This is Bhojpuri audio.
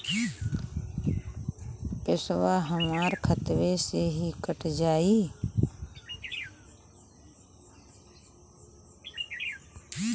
पेसावा हमरा खतवे से ही कट जाई?